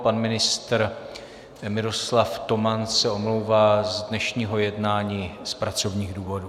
Pan ministr Miroslav Toman se omlouvá z dnešního jednání z pracovních důvodů.